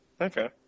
Okay